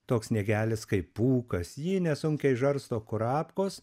toks sniegelis kaip pūkas jį nesunkiai žarsto kurapkos